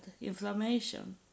inflammation